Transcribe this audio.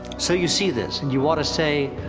so you see this, and you want to say,